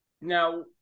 Now